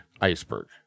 iceberg